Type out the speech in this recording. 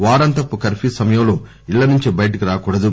వారాంతపు curfew సమయంలో ఇళ్లనుంచి బయటకి రాకూడదు